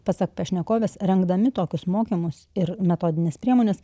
pasak pašnekovės rengdami tokius mokymus ir metodines priemones